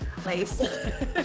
place